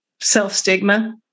self-stigma